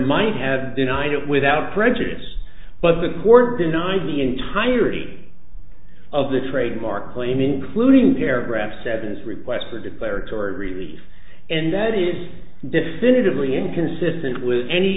might have denied it without prejudice but the court denied the entirety of the trademark claim including paragraph seven is request for declaratory relief and that is definitively inconsistent with any